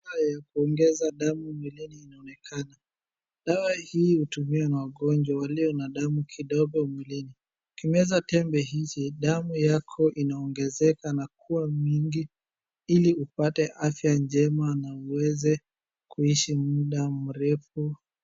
Dawa ya kuongeza damu mwilini inaonekana, dawa hii hutumiwa na wagonjwa walio na damu kidogo mwilini. Ukimeza tembe hizi, damu yako inaongezeka na kuwa mingi ili upate afya njema na uweze kuishi mda mrefu.